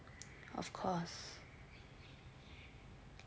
of course